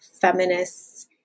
feminists